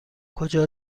کجا